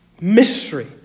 mystery